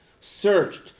searched